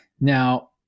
now